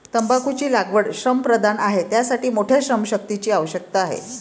तंबाखूची लागवड श्रमप्रधान आहे, त्यासाठी मोठ्या श्रमशक्तीची आवश्यकता आहे